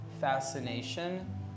fascination